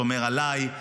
שומר עליי,